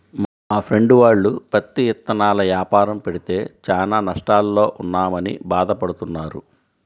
మా ఫ్రెండు వాళ్ళు పత్తి ఇత్తనాల యాపారం పెడితే చానా నష్టాల్లో ఉన్నామని భాధ పడతన్నారు